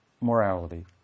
morality